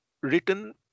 written